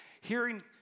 Hearing